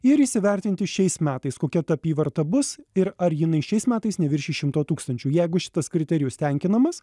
ir įsivertinti šiais metais kokia ta apyvarta bus ir ar jinai šiais metais neviršys šimto tūkstančių jeigu šitas kriterijus tenkinamas